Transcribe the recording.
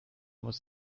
muss